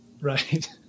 Right